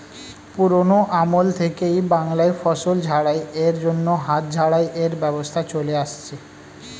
পুরোনো আমল থেকেই বাংলায় ফসল ঝাড়াই এর জন্য হাত ঝাড়াই এর ব্যবস্থা চলে আসছে